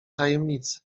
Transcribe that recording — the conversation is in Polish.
tajemnicy